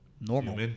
normal